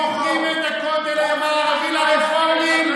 מוכרים את הכותל המערבי לרפורמים,